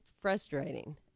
frustrating